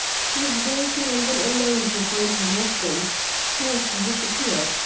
she is going to london alone to find her husband he has disappeared.